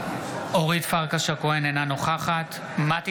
אינה נוכחת אלון